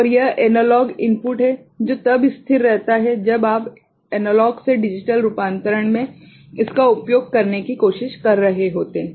और यह analogue input है जो तब स्थिर रहता है जब आप ए से डी रूपांतरण में इसका उपयोग करने की कोशिश कर रहे होते हैं